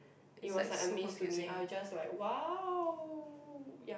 it was like a maze to me I was just like !wow! ya